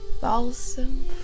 balsam